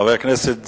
חבר הכנסת זאב,